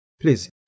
Please